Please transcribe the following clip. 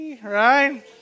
Right